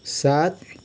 सात